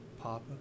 papa